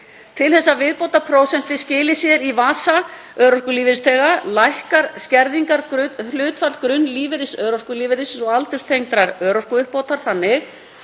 Til þess að viðbótarprósentið skili sér í vasa örorkulífeyrisþega lækkar skerðingarhlutfall grunnlífeyris örorkulífeyris og aldurstengdrar örorkuuppbótar þannig